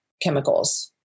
chemicals